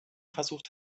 versucht